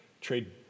trade